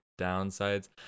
downsides